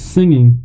Singing